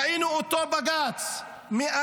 ראינו את אותו בג"ץ מאמץ